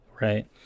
right